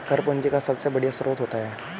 कर पूंजी का सबसे बढ़िया स्रोत होता है